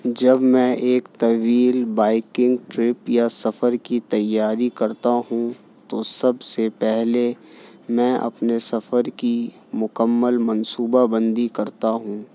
جب میں ایک طویل بائکنگ ٹرپ یا سفر کی تیاری کرتا ہوں تو سب سے پہلے میں اپنے سفر کی مکمل منصوبہ بندی کرتا ہوں